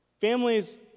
Families